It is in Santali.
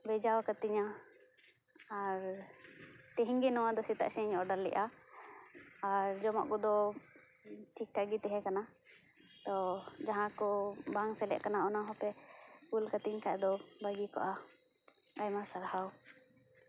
ᱵᱷᱮᱡᱟ ᱠᱟᱹᱛᱤᱧᱟ ᱟᱨ ᱛᱤᱦᱤᱧ ᱜᱮ ᱱᱚᱣᱟ ᱫᱚ ᱥᱮᱛᱟᱜ ᱥᱮᱫ ᱤᱧ ᱚᱰᱟᱨ ᱞᱮᱫᱼᱟ ᱟᱨ ᱡᱚᱢᱟᱜ ᱠᱚᱫᱚ ᱴᱷᱤᱠ ᱴᱷᱟᱠ ᱜᱮ ᱛᱟᱦᱮᱸ ᱠᱟᱱᱟ ᱛᱳ ᱡᱟᱦᱟᱸ ᱠᱚ ᱵᱟᱝ ᱥᱮᱞᱮᱫ ᱟᱠᱟᱱᱟ ᱚᱱᱟ ᱦᱚᱸ ᱯᱮ ᱠᱩᱞ ᱠᱟᱹᱛᱤᱧ ᱠᱷᱟᱱ ᱫᱚ ᱵᱷᱟᱹᱜᱤ ᱠᱚᱜᱼᱟ ᱟᱭᱢᱟ ᱥᱟᱨᱦᱟᱣ